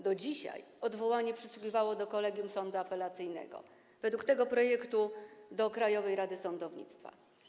Do dzisiaj odwołanie przysługiwało do kolegium sądu apelacyjnego, według tego projektu - do Krajowej Rady Sądownictwa.